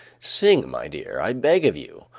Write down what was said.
sing, my dear, i beg of you.